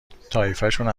طایفشون